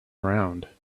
around